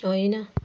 होइन